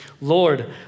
Lord